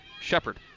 Shepard